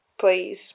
Please